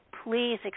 Please